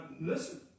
listen